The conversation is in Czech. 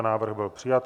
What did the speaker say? Návrh byl přijat.